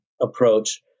approach